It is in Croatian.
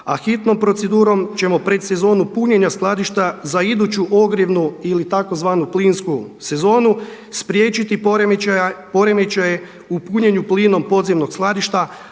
a hitnom procedurom ćemo pred sezonu punjenja skladišta za iduću ogrjevnu ili tzv. plinsku sezonu spriječiti poremećaje u punjenju plinom podzemnog skladišta,